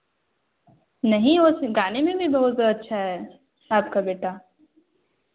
नहीं उस गाने में भी बहुत अच्छा है आपका बेटा